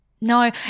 No